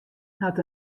hat